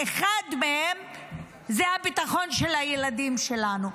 אחד מהם זה הביטחון של הילדים שלנו.